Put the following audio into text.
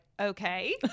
okay